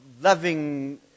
loving